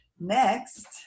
Next